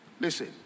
listen